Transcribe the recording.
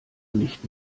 nicht